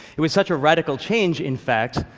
it was such a radical change, in fact,